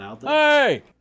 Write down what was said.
Hey